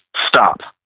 stop.